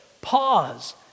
Pause